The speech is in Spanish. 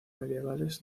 medievales